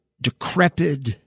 decrepit